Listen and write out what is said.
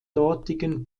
dortigen